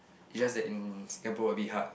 it's just that in Singapore a bit hard